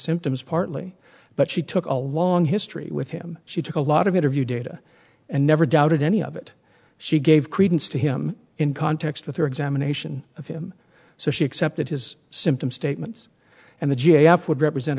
symptoms partly but she took a long history with him she took a lot of interview data and never doubted any of it she gave credence to him in context with her examination of him so she accepted his symptom statements and the j f would represent